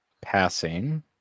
Passing